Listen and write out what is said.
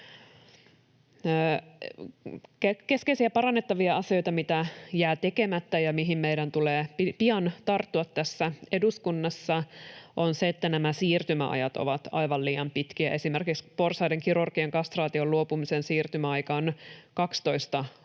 Keskeisiä parannettavia asioita, mitä jää tekemättä ja mihin meidän tulee pian tarttua tässä eduskunnassa, on se, että nämä siirtymäajat ovat aivan liian pitkiä. Esimerkiksi porsaiden kirurgisesta kastraatiosta luopumisen siirtymäaika on kaksitoista